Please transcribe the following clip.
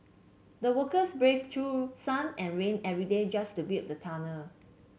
the workers braved through sun and rain every day just to build the tunnel